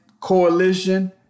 coalition